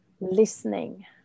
listening